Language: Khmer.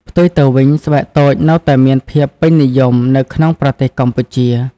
ផ្ទុយទៅវិញ ស្បែកតូចនៅតែមានភាពពេញនិយមនៅក្នុងប្រទេសកម្ពុជា។